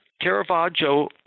Caravaggio